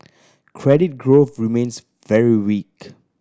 credit growth remains very weak